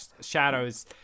Shadow's